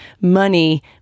money